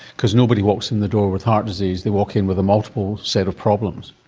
because nobody walks in the door with heart disease, they walk in with a multiple set of problems.